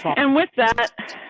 and with that,